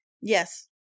Yes